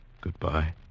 Goodbye